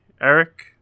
Eric